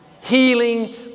healing